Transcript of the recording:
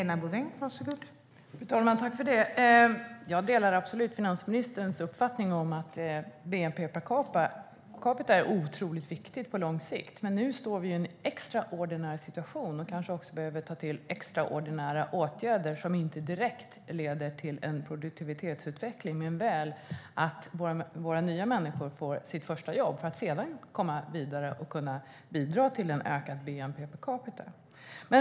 Fru talman! Jag delar absolut finansministerns uppfattning att bnp per capita är otroligt viktigt på lång sikt. Men nu står vi inför en extraordinär situation där vi kanske behöver ta till extraordinära åtgärder som inte leder till en produktivitetsutveckling direkt men väl till att våra nya människor får sitt första jobb och sedan kan komma vidare och bidra till högre bnp per capita.